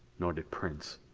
nor did prince.